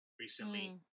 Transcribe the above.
recently